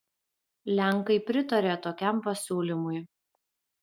lenkai pritarė tokiam pasiūlymui